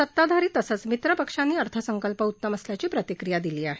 सत्ताधारी तसंच मित्रपक्षांनी अर्थसंकल्प उत्तम असल्याची प्रतिक्रिया दिली आहे